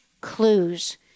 clues